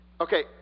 Okay